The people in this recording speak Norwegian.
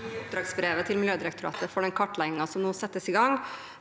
I oppdragsbrevet til Miljødirektoratet for den kartleggingen som nå settes i gang,